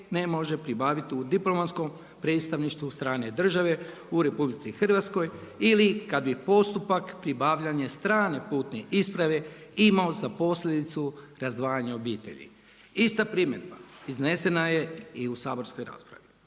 ne može pribaviti u diplomatskom predstavništvu strane države u RH ili kada bi postupak pribavljanja strane putne isprave imao za posljedicu razdvajanje obitelji. Ista primjedba iznesena je i saborskoj raspravi.